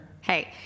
Hey